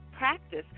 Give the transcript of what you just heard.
practice